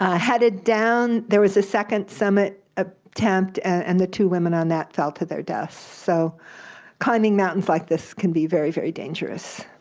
ah headed down there was a second summit ah attempt, and the two women on that fell to their deaths, so climbing mountains like this can be very, very dangerous.